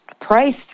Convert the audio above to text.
Price